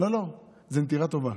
לא, לא, זה נטירה טובה.